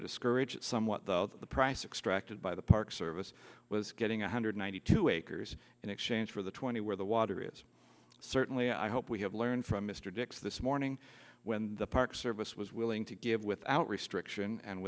discourage it somewhat though the price extract by the park service was getting a hundred ninety two acres in exchange for the twenty where the water is certainly i hope we have learned from mr dix this morning when the park service was willing to give without restriction and